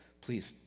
please